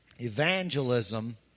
Evangelism